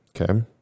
Okay